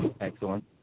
excellent